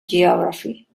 geography